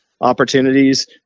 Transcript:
opportunities